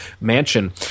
mansion